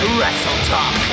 WrestleTalk